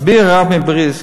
מסביר הרב מבריסק: